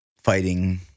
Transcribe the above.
fighting